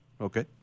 Okay